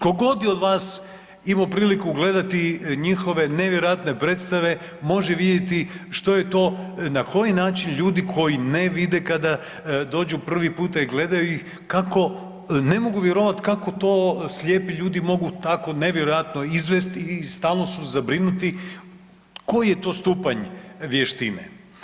Ko god je od vas imao priliku gledati njihove nevjerojatne predstave može vidjeti što je to, na koji način ljudi koji ne vide kada dođu prvi puta i gledaju ih kako, ne mogu vjerovat kako to slijepi ljudi mogu tako nevjerojatno izvesti i stalno su zabrinuti, koji je to stupanj vještine.